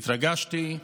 התרגשתי,